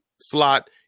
slot